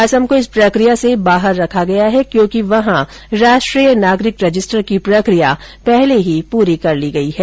असम को इस प्रकिया से बाहर रखा गया है क्योंकि वहां राष्ट्रीय नागरिक रजिस्टर की प्रकिया पहले ही पूरी कर ली गई है